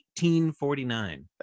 1849